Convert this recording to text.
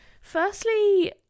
Firstly